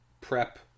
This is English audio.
prep